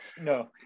No